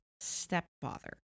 stepfather